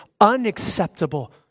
unacceptable